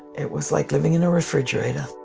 it was like living in a refrigerator